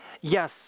Yes